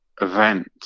event